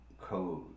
code